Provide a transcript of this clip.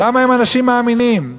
למה הם אנשים מאמינים?